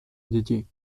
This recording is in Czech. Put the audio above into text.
děti